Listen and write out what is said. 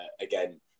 again